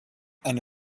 eine